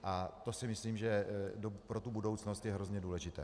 A to si myslím, že pro tu budoucnost je hrozně důležité.